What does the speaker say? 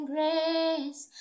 Grace